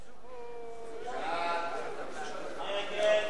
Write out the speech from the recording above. הכרה בפגיעה מינית